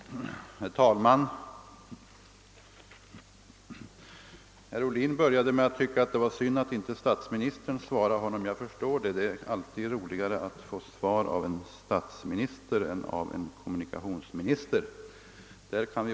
Herr talman! Herr Ohlin började sitt anförande med att säga att det var synd att det inte var statsministern som besvarade hans interpellation. Jag förstår att det alltid är roligare att få svar av en statsminister än av en kommunikationsminister.